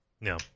No